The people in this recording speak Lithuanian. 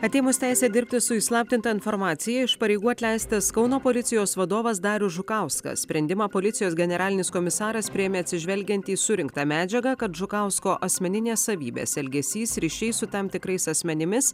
atėmus teisę dirbti su įslaptinta informacija iš pareigų atleistas kauno policijos vadovas darius žukauskas sprendimą policijos generalinis komisaras priėmė atsižvelgiant į surinktą medžiagą kad žukausko asmeninės savybės elgesys ryšiai su tam tikrais asmenimis